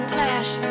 Flash